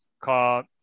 called